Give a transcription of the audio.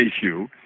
issue